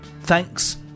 thanks